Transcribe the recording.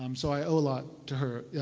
um so i owe a lot to her.